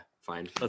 fine